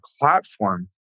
platform